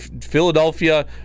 Philadelphia